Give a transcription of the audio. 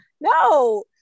no